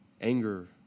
Anger